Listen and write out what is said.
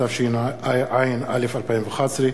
התשע"א 2011,